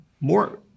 more